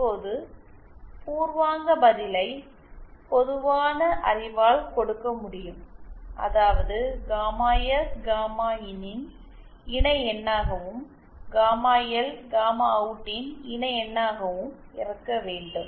இப்போது பூர்வாங்க பதிலை பொதுவான அறிவால் கொடுக்க முடியும் அதாவது காமா எஸ் காமா இன் ன் இணைஎண்ணாகவும் காமா எல் காமா அவுட்டின் இணைஎண்ணாகவும் இருக்க வேண்டும்